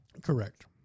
Correct